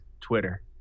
Twitter